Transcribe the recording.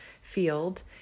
field